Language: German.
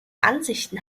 ansichten